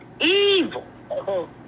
evil